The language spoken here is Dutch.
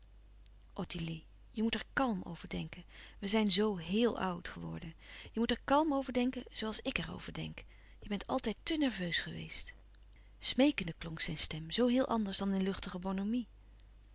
je moet er kàlm over denken we zijn zoo heèl oud geworden je moet er kàlm over denken zoo als ik er over denk je bent altijd tè nerveus geweest smeekende klonk zijn stem zoo heel anders dan in luchtige bonhomie